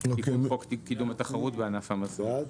לא עבר.